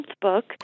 book